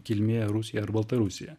kilmė rusija ar baltarusija